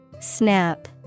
Snap